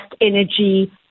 energy